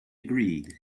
agreed